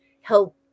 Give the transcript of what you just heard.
help